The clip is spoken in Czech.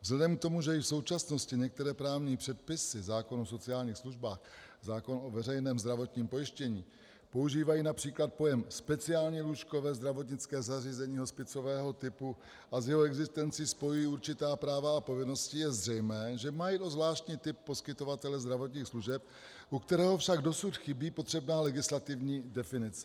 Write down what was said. Vzhledem k tomu, že i v současnosti některé právní předpisy zákon o sociálních službách, zákon o veřejném zdravotním pojištění používají například pojem speciální lůžkové zdravotnické zařízení hospicového typu a s jeho existencí spojují určitá práva a povinnosti, je zřejmé, že má jít o zvláštní typ poskytovatele zdravotních služeb, u kterého však dosud chybí potřebná legislativní definice.